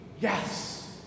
yes